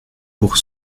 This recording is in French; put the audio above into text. pour